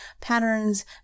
patterns